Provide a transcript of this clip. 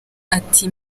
ati